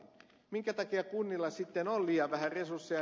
minkä takia kunnilla sitten on liian vähän resursseja